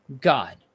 god